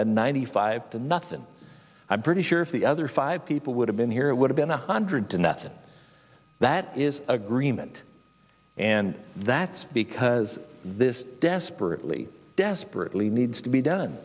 than ninety five to nothing i'm pretty sure if the other five people would have been here it would ben a hundred to nothing that is agreement and that's because this desperately desperately needs to be done